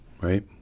Right